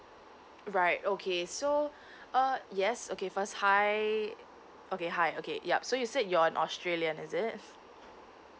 right okay so uh yes okay first hi okay hi okay yup so you said you're australian is it